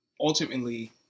ultimately